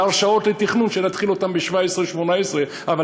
את ההרשאות לתכנון שנתחיל בו ב-17' 18'. אבל